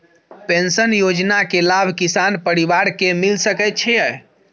Pension योजना के लाभ किसान परिवार के मिल सके छिए?